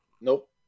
Nope